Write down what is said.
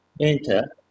enter